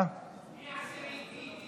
מי העשירי?